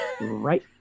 right